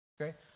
okay